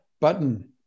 button